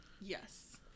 yes